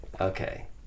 Okay